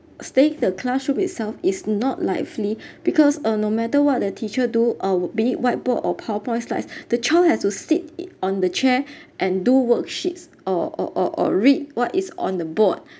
stay in the classroom itself is not lively because uh no matter what the teacher do uh be it white board or power point slides the child has to sit it on the chair and do worksheets or or or or read what is on the board